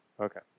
Okay